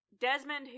Desmond